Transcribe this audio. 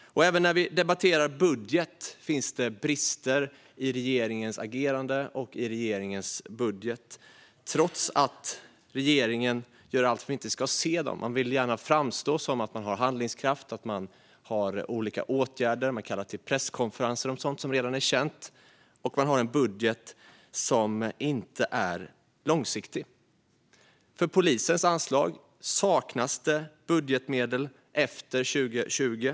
Även när vi debatterar budget finns det brister i regeringens agerande och i regeringens budget, trots att man gör allt för att vi inte ska se dem. Man vill gärna att det ska framstå som att man har handlingskraft, som att man vidtar olika åtgärder. Man kallar även till presskonferenser om sådant som redan är känt. Regeringen har lagt fram en budget som inte är långsiktig. För polisens anslag saknas budgetmedel efter 2020.